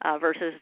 versus